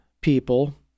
people